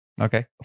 Okay